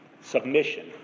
submission